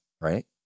Right